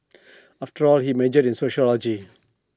after all he majored in sociology